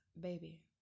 Baby